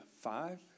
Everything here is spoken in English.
five